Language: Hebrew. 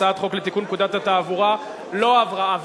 הצעת החוק לתיקון פקודת התעבורה לא עברה,